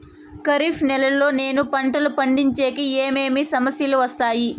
ఖరీఫ్ నెలలో నేను పంటలు పండించేకి ఏమేమి సమస్యలు వస్తాయి?